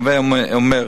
הווי אומר,